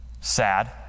sad